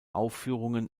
aufführungen